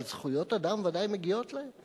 אבל זכויות אדם ודאי מגיעות להם.